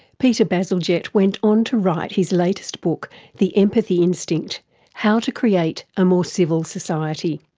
peter bazalgette went on to write his latest book the empathy instinct how to create a more civil society.